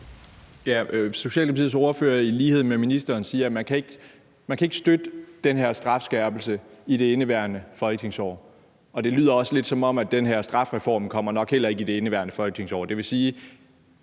Socialdemokratiets ordfører siger i lighed med ministeren, at man ikke kan støtte den her strafskærpelse i det indeværende folketingsår, og det lyder også lidt, som om den her strafreform nok heller ikke kommer i det indeværende folketingsår.